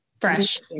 fresh